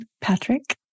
Patrick